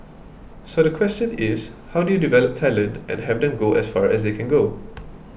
so the question is how do you develop talent and have them go as far as they can go